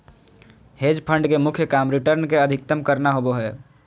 hedge fund के मुख्य काम रिटर्न के अधीकतम करना होबो हय